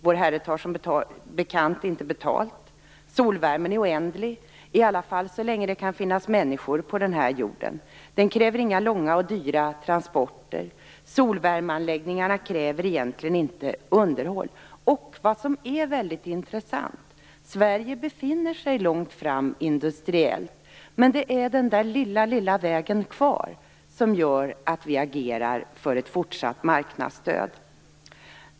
Vår Herre tar som bekant inte betalt. Solvärmen är oändlig, i alla fall så länge som det kan finnas människor på den här jorden. Den kräver inga långa och dyra transporter. Solvärmeanläggningarna kräver egentligen inget underhåll. Och vad som är väldigt intressant: Sverige befinner sig långt fram industriellt, men det är den här lilla vägen kvar som gör att vi agerar för ett fortsatt marknadsstöd.